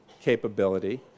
capability